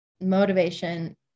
motivation